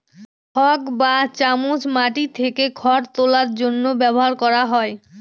fork বা চামচ মাটি থেকে খড় তোলার জন্য ব্যবহার করা হয়